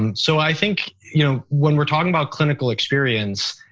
um so i think you know when we're talking about clinical experience,